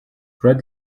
red